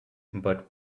but